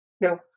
No